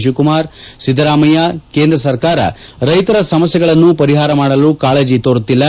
ಶಿವಕುಮಾರ್ ಸಿದ್ದರಾಮಯ್ಯ ಕೇಂದ್ರ ಸರ್ಕಾರ ರೈತರ ಸಮಸ್ಯೆಗಳನ್ನು ಪರಿಹಾರ ಮಾಡಲು ಕಾಳಜಿ ತೋರುತ್ತಿಲ್ಲ